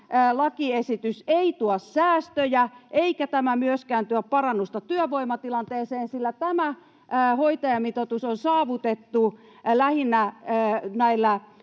lakiesitys ei tuo säästöjä eikä tämä myöskään tuo parannusta työvoimatilanteeseen, sillä tämä hoitajamitoitus on saavutettu lähinnä näillä